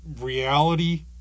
reality